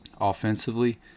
offensively